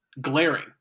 glaring